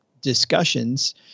discussions